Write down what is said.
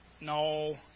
No